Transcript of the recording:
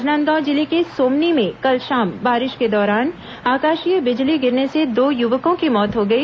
राजनांदगांव जिले के सोमनी में कल शाम बारिश के दौरान आकाशीय बिजली गिरने से दो युवकों की मौत हो गई